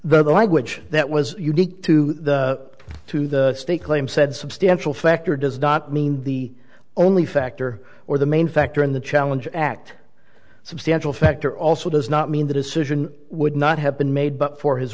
the language that was unique to the to the state claim said substantial factor does not mean the only factor or the main factor in the challenge act substantial factor also does not mean the decision would not have been made but for his